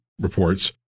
reports